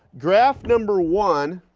graph number one,